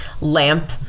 lamp